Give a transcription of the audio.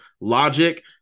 logic